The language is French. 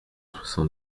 soixante